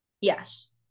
Yes